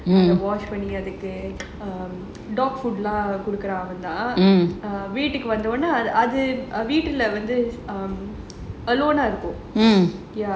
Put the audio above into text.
wash பண்ணி அதுக்கு:panni athuku dog food lah எல்லாம் குடுக்குறான் அவன்தான் வீட்டுக்கு வந்த உடனே அது வீட்ல வந்து இருக்கும்:ellaam kudukuraan avanthan veetukku vantha udanae athu veetla vanthu irukum